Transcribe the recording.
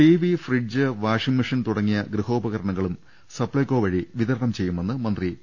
P fridge washing machine തുടങ്ങിയ T ഗൃഹോപകരണങ്ങളും സപ്ലൈകോ വഴി വിതരണം ചെയ്യുമെന്ന് മന്ത്രി പി